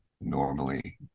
normally